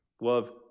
love